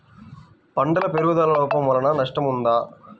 పంటల పెరుగుదల లోపం వలన నష్టము ఉంటుందా?